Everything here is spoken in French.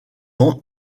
ans